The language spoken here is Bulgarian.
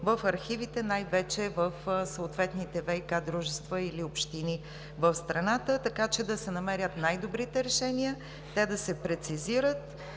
в архивите, най-вече в съответните ВиК дружества или общини в страната, така че да се намерят най-добрите решения те да се прецизират,